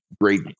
Great